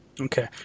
okay